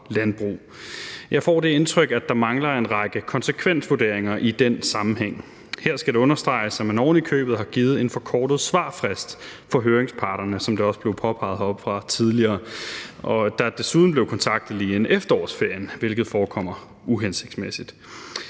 Jeg får det indtryk, at der mangler en række konsekvensvurderinger i den sammenhæng. Her skal det understreges, at man ovenikøbet har givet en forkortet svarfrist for høringsparterne, som det også blev påpeget heroppefra tidligere, og at de desuden blev kontaktet lige inden efterårsferien, hvilket forekommer uhensigtsmæssigt.